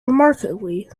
remarkably